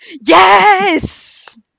Yes